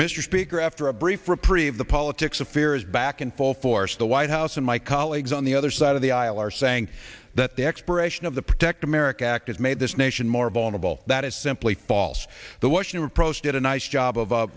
mr speaker after a brief reprieve the politics of fear is back in full force the white house and my colleagues on the other side of the aisle are saying that the expiration of the protect america act has made this nation more vulnerable that is simply false the washington post did a nice job of